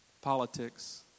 politics